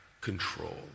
control